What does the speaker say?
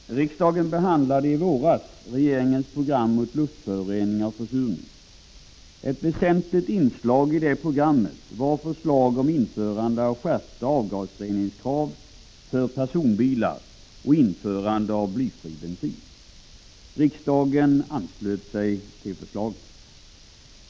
Herr talman! Riksdagen behandlade i våras regeringens program mot luftföroreningar och försurning. Ett väsentligt inslag i programmet var förslag om genomförande av skärpta avgasreningskrav för personbilar samt om införande av blyfri bensin. Riksdagen anslöt sig till förslagen.